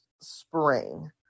spring